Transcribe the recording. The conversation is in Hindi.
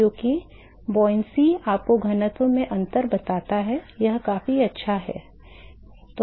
क्योंकि उछाल आपको घनत्व में अंतर बताता है यह काफी अच्छा है